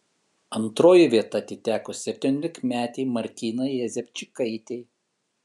antroji vieta atiteko septyniolikmetei martynai jezepčikaitei